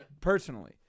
personally